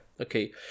okay